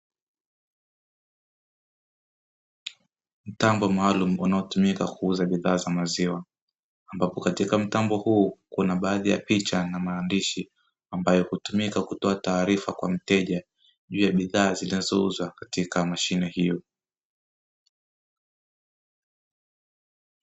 Mtambo maalumu unaotumika kuuza bidhaa za maziwa, ambapo katika mtambo huu kuna baadhi ya picha na maandishi. Ambayo hutumika kutoa taarifa kwa mteja, juu ya bidhaa zinazouzwa katika mashine hiyo.